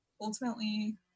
ultimately